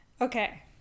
Okay